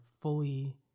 fully